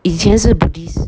以前是 buddhist